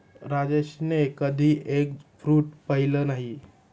राजेशने कधी egg fruit पाहिलं नाही